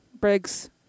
Briggs